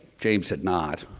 james had not.